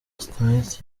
smith